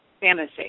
fantasy